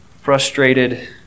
frustrated